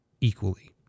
equally